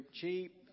cheap